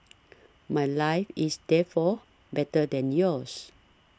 my life is therefore better than yours